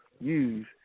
Use